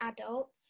adults